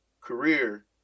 career